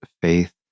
faith